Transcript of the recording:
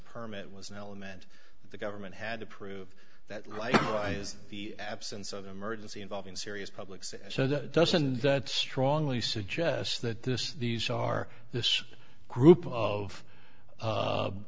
permit was an element that the government had to prove that life is the absence of emergency involving serious publics so that doesn't that strongly suggest that this is these are this group of